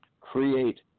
create